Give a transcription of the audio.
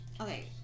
Okay